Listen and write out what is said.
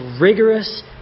rigorous